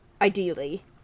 ideally